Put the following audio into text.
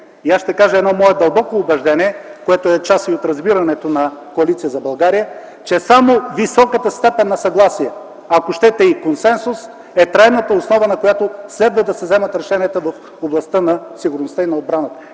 Ще кажа едно мое дълбоко убеждение, което е част от разбирането на Коалиция за България. Само високата степен на съгласие, ако щете и консенсус, е трайната основа, на която следва да се вземат решенията в областта на сигурността и отбраната.